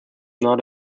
not